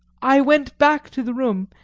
i went back to the room,